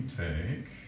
take